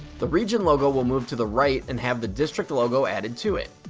the region logo will move to the right and have the district logo added to it.